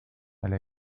elle